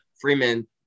Freeman